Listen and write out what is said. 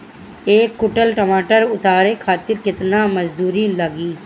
एक कुंटल टमाटर उतारे खातिर केतना मजदूरी लागी?